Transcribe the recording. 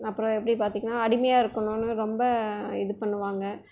அப்புறம் எப்படி பார்த்திங்கன்னா அடிமையாக இருக்கணுன்னு ரொம்ப இது பண்ணுவாங்க